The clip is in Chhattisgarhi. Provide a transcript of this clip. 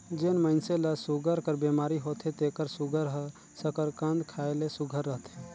जेन मइनसे ल सूगर कर बेमारी होथे तेकर सूगर हर सकरकंद खाए ले सुग्घर रहथे